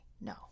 no